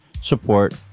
support